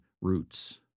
roots